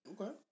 Okay